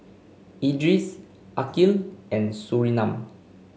Idris Aqil and Surinam